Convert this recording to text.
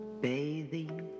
bathing